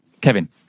Kevin